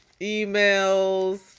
emails